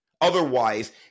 Otherwise